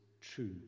true